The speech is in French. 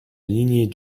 lignée